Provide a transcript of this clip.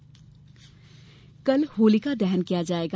होली कल होलिका दहन किया जायेगा